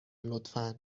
لطفا